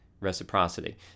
reciprocity